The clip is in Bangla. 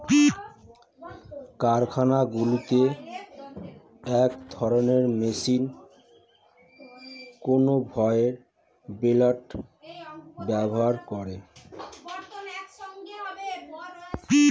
কারখানাগুলোতে এক ধরণের মেশিন কনভেয়র বেল্ট ব্যবহার করে